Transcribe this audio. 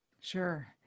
Sure